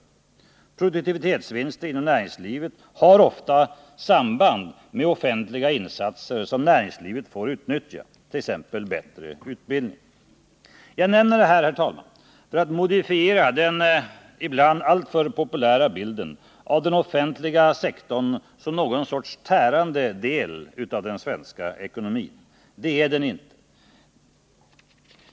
Produktivitetsvinster inom näringslivet har ofta samband med offentliga insatser som näringslivet får utnyttja, t.ex. bättre utbildning. Jag nämner detta, herr talman, för att modifiera den ibland alltför populära bilden av den offentliga sektorn som någon sorts ”tärande” del av den svenska ekonomin. Det är den inte.